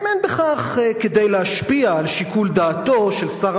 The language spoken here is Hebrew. האם אין בכך כדי להשפיע על שיקול דעתו של שר